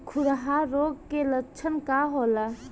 खुरहा रोग के लक्षण का होला?